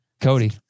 Cody